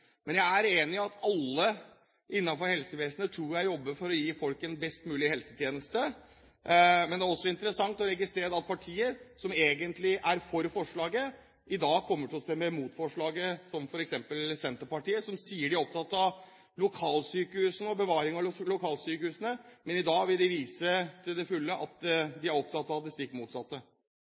Men det er interessant å registrere at partier som egentlig er for forslaget, i dag kommer til å stemme imot forslaget, som f.eks. Senterpartiet, som sier at de er opptatt av lokalsykehusene og bevaring av lokalsykehusene. Men i dag vil de til fulle vise at de er opptatt av det stikk motsatte.